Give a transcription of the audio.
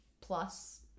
plus